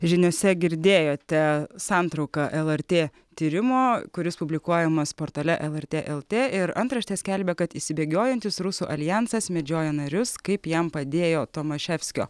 žiniose girdėjote santrauką lrt tyrimo kuris publikuojamas portale el ert el t ir antraštė skelbia kad išsibėgiojantis rusų aljansas medžioja narius kaip jam padėjo tomaševskio